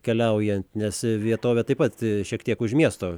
keliaujant nes vietovė taip pat šiek tiek už miesto